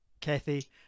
Kathy